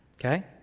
okay